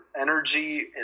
energy